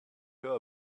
her